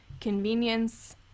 convenience